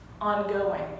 ongoing